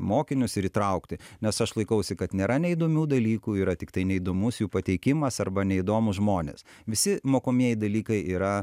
mokinius ir įtraukti nes aš laikausi kad nėra neįdomių dalykų yra tiktai neįdomus jų pateikimas arba neįdomūs žmonės visi mokomieji dalykai yra